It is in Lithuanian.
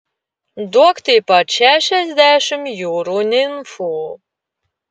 duok taip pat šešiasdešimt jūrų nimfų